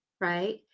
right